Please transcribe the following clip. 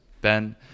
Ben